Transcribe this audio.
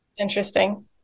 Interesting